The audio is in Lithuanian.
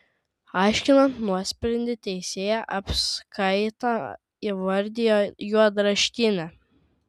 aiškinant nuosprendį teisėja apskaitą įvardijo juodraštine